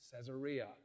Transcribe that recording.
Caesarea